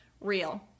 real